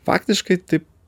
faktiškai taip